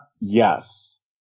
Yes